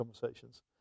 conversations